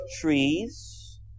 trees